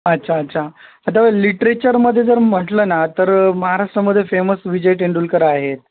अच्छा अच्छा आता लिट्रेचरमध्ये जर म्हटलं ना तर महाराष्ट्रामध्ये फेमस विजय तेंडुलकर आहेत